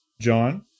John